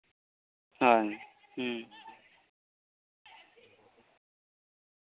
ᱦᱚᱭ ᱦᱩᱸ